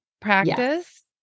practice